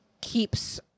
keeps